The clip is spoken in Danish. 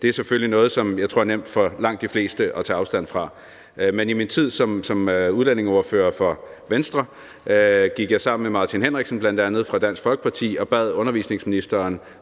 er selvfølgelig noget, som jeg tror det for langt de fleste er nemt at tage afstand fra. Men i min tid som udlændingeordfører for Venstre gik jeg sammen med bl.a. Martin Henriksen fra Dansk Folkeparti og bad undervisningsministeren